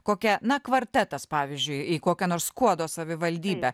kokia na kvartetas pavyzdžiui į kokią nors skuodo savivaldybę